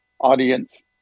audience